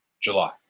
July